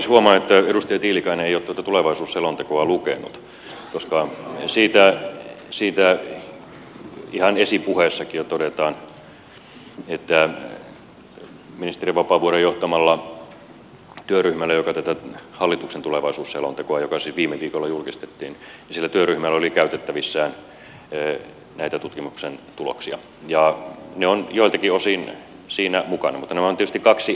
huomaan että edustaja tiilikainen ei ole tuota tulevaisuusselontekoa lukenut koska siinä ihan esipuheessakin jo todetaan että ministeri vapaavuoren johtamalla työryhmällä joka teki tätä hallituksen tulevaisuusselontekoa joka siis viime viikolla julkistettiin oli käytettävissään näitä tutkimuksen tuloksia ja ne ovat joiltakin osin siinä mukana mutta nämä ovat tietysti kaksi erillistä teosta